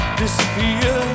disappear